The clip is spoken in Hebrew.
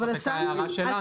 זאת הייתה ההערה שלנו.